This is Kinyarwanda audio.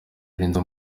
yarenze